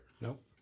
Nope